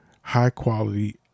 high-quality